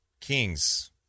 Kings